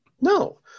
No